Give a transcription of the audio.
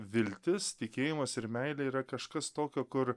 viltis tikėjimas ir meilė yra kažkas tokio kur